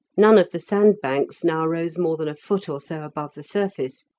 none of the sandbanks now rose more than a foot or so above the surface,